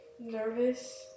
Nervous